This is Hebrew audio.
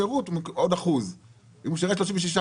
על כל חודש שירות עוד 1%. אם הוא שירת 36 חודשים,